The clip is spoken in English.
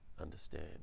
understand